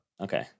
Okay